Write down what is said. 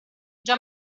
già